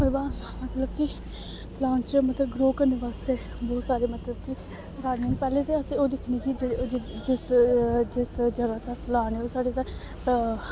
ओह्दे बाद मतलब कि प्लांट च मतलब ग्रो करने बास्तै बहुत सारे मतलब कि पैह्लें ते असें ओह् दिक्खनी कि जिस जिस जिस जगह च अस ला करने साढ़े